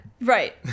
Right